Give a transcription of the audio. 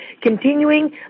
continuing